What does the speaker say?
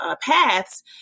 Paths